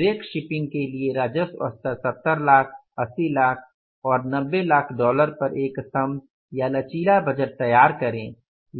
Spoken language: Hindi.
ड्रेक शिपिंग के लिए राजस्व स्तर 70 लाख 80 लाख और 90 लाख डॉलर पर एक स्तम्भ या लचीला बजट तैयार करें